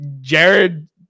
Jared